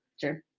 Sure